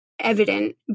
evident